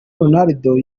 ronaldo